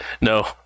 No